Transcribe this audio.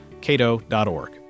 cato.org